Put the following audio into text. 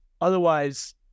otherwise